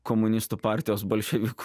komunistų partijos bolševikų